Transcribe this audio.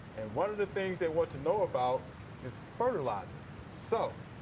and one of the things they want to know about is fertilizer. so,